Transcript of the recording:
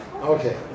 Okay